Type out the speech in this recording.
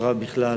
החברה בכלל